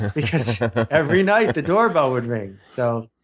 because every night the doorbell would ring. so